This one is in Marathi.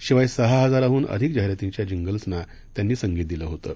शिवाय सहा हजाराहून अधिक जाहिरातींच्या जिंगल्सना त्यांनी संगीत दिलं होतं